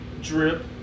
Drip